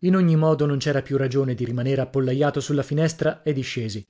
in ogni modo non c'era più ragione di rimanere appollaiato sulla finestrina e discesi